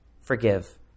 forgive